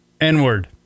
n-word